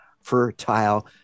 fertile